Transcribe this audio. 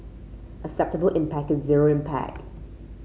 acceptable impact is zero impact